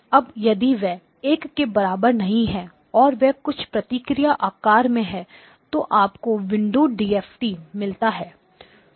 अब यदि वे 1 के बराबर नहीं हैं और वे कुछ प्रतिक्रिया आकार में हैं तो आपको विंडोएड डीएफटी मिलता है